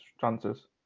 chances